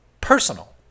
personal